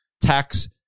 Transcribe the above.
tax